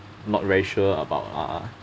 not very sure about uh